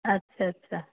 ଆଚ୍ଛା ଆଚ୍ଛା